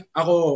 ako